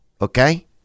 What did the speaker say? Okay